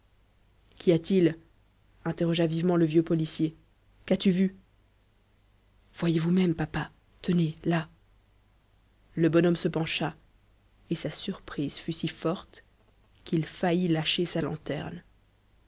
qu'y a-t-il interrogea vivement le vieux policier qu'as-tu vu voyez vous-même papa tenez là le bonhomme se pencha et sa surprise fut si forte qu'il faillit lâcher sa lanterne